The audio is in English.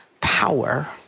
power